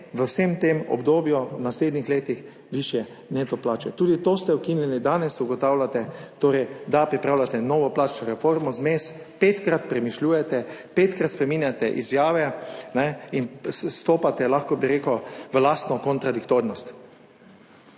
v vsem tem obdobju v naslednjih letih višje neto plače. Tudi to ste ukinili. Danes ugotavljate, da pripravljate novo plačno reformo, vmes petkrat premišljujete, petkrat spreminjate izjave in stopate, lahko bi rekel, v lastno kontradiktornost.